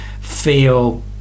feel